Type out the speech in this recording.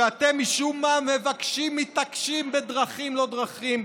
שאתם משום מה מבקשים, מתעקשים, בדרכים לא דרכים,